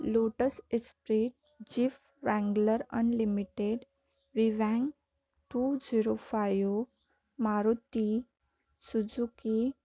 lotus Esprit Jeep Wrangler Unlimited विव्हॅंग two zero five Maruti Suzuki